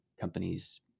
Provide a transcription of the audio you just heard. companies